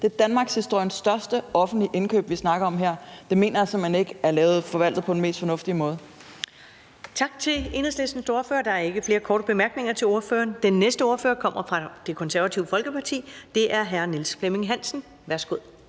Det er danmarkshistoriens største offentlige indkøb, vi snakker om her, og det mener jeg simpelt hen ikke er forvaltet på den mest fornuftige måde. Kl. 14:10 Første næstformand (Karen Ellemann): Tak til Enhedslistens ordfører. Der er ikke flere korte bemærkninger til ordføreren. Den næste ordfører kommer fra Det Konservative Folkeparti. Det er hr. Niels Flemming Hansen. Værsgo.